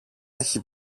έχει